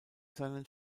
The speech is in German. seinen